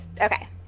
okay